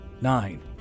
nine